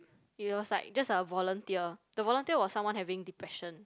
he was like just a volunteer the volunteer was someone having depression